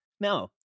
No